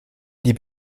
die